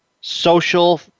social